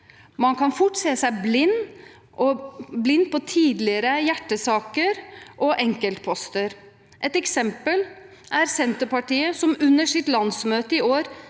Man kan fort se seg blind på tidligere hjertesaker og enkeltposter. Et eksempel er Senterpartiet, som under sitt landsmøte i år